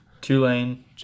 Tulane